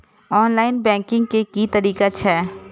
Online banking के की तरीका छै?